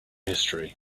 history